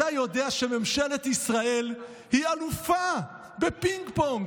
אתה יודע שממשלת ישראל היא אלופה בפינג-פונג.